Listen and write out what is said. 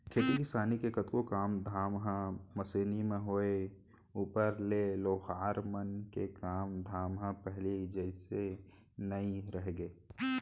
खेती किसानी के कतको काम धाम ह मसीनी म होय ऊपर ले लोहार मन के काम धाम ह पहिली जइसे नइ रहिगे